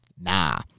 nah